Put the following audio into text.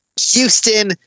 Houston